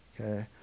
Okay